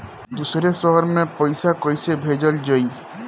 दूसरे शहर में पइसा कईसे भेजल जयी?